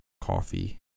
coffee